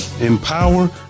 empower